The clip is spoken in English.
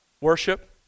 worship